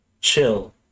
chill